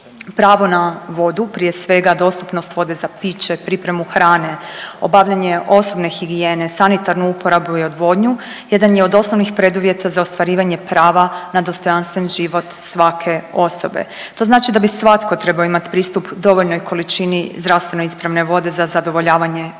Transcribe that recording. Pravo na vodu prije svega dostupnost vode za piće, pripremu hrane, obavljanje osobne higijene, sanitarnu uporabu i odvodnju jedan je od osnovnih preduvjeta za ostvarivanje prava na dostojanstven život svake osobe. To znači da bi svatko trebao imati pristup dovoljnoj količini zdravstveno ispravne vode za zadovoljavanje osnovnih